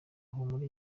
humura